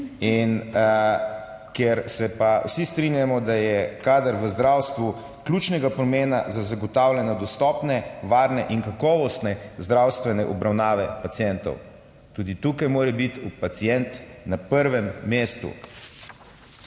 In ker se pa vsi strinjamo, da je kader v zdravstvu ključnega pomena za zagotavljanje dostopne, varne in kakovostne zdravstvene obravnave pacientov, tudi tukaj mora biti pacient na prvem mestu.